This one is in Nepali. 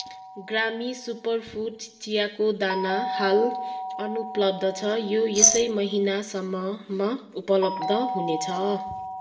ग्रामी सुपरफुड चियाको दाना हाल अनुपलब्ध छ यो यसै महिनासम्ममा उपलब्ध हुनेछ